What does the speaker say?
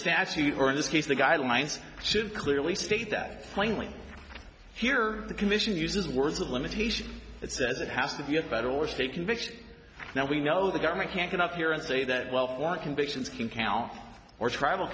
statute or in this case the guidelines should clearly state that plainly here the commission uses words of limitations it says it has that you have federal or state convictions now we know the government can't get up here and say that well for convictions can count or travel